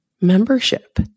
membership